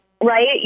right